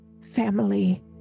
family